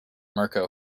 mirco